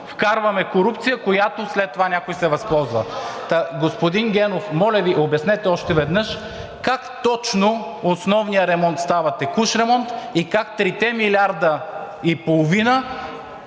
вкарваме корупция, от която след това някои се възползват. Господин Генов, моля Ви обяснете още веднъж как точно основният ремонт става текущ ремонт и как 700 милиона стават